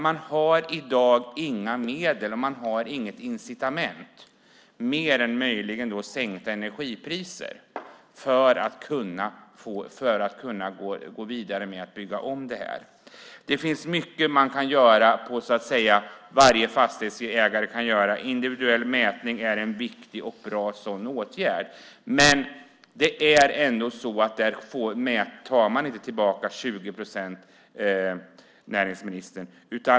Man har i dag inga medel och inget incitament mer än möjligen sänkta energipriser för att gå vidare med att bygga om det här. Det finns mycket varje fastighetsägare kan göra. Individuell mätning är en viktig och bra sådan åtgärd. Men det är ändå så att genom detta tar man inte tillbaka 20 procent, näringsministern.